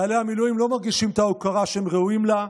חיילי המילואים לא מרגישים את ההוקרה שהם ראויים לה,